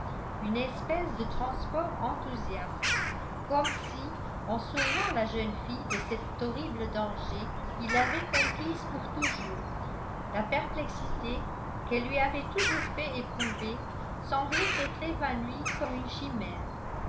une espèce de transport enthousiaste comme si en sauvant la jeune fille de cet horrible danger il l'avait conquise pour toujours la perplexité qu'elle lui avait toujours fait éprouver semblait s'être évanouie comme une chimère